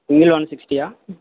single one సిక్టీయా